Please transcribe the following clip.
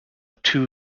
two